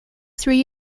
three